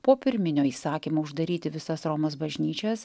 po pirminio įsakymo uždaryti visas romos bažnyčias